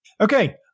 okay